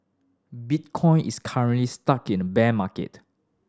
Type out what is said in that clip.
bitcoin is currently stuck in a bear market